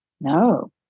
No